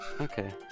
Okay